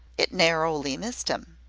it narrowly missed him.